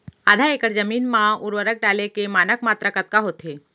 आधा एकड़ जमीन मा उर्वरक डाले के मानक मात्रा कतका होथे?